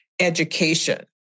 education